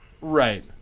Right